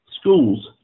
schools